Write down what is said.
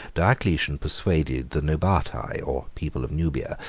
diocletian persuaded the nobatae, or people of nubia,